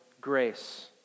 grace